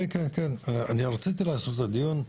כן, אני רציתי לעשות את הדיון.